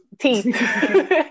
teeth